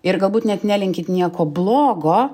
ir galbūt net nelinkit nieko blogo